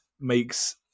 makes